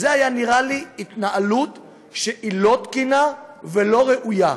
זו נראתה לי התנהלות לא תקינה ולא ראויה,